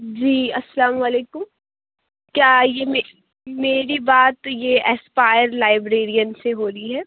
جی السّلام علیکم کیا یہ میری بات یہ اسپائر لائبریرین سے ہو رہی ہے